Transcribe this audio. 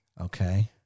Okay